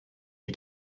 est